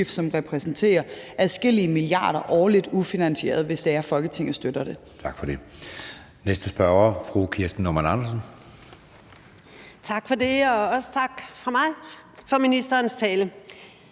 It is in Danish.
som repræsenterer adskillige milliarder kroner årligt, hvis det er, Folketinget støtter det.